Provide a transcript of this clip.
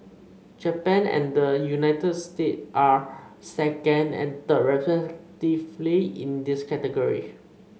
Japan and the United States are second and third in this category